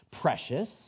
precious